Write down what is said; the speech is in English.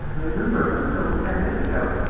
remember until ten years ago,